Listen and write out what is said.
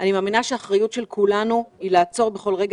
אני מאמינה שהאחריות של כולנו היא לעצור בכל רגע